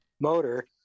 motor